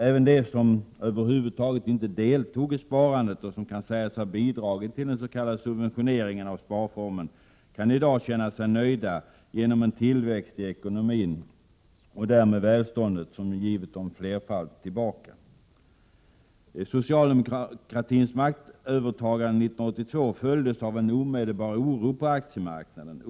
Även de som över huvud taget inte deltog i sparandet och som kan sägas ha bidragit till den s.k. subventioneringen av sparformen kan i dag känna sig nöjda genom en tillväxt i ekonomin och därmed välståndet som givit dem flerfalt tillbaka. Socialdemokratins maktövertagande år 1982 följdes av en omedelbar oro på aktiemarknaden.